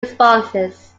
responses